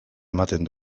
ematen